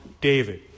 David